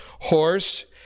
horse